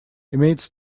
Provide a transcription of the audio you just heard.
имеется